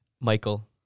Michael